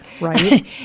Right